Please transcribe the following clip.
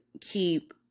keep